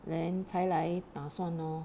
then 才来打算咯